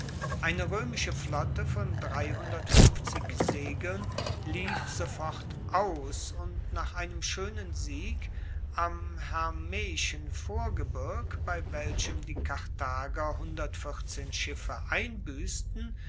eine roemische flotte von segeln lief sofort aus und nach einem schoenen sieg am hermaeischen vorgebirg bei welchem die karthager schiffe